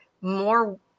More